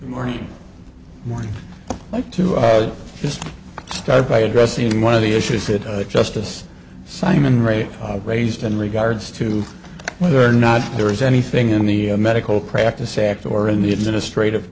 morning more like to just start by addressing one of the issues that justice simon ray raised in regards to whether or not there is anything in the medical practice act or in the administrative